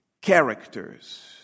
characters